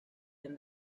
than